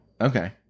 Okay